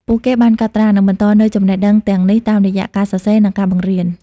ពួកគេបានកត់ត្រា និងបន្តនូវចំណេះដឹងទាំងនេះតាមរយៈការសរសេរ និងការបង្រៀន។